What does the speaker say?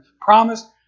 promised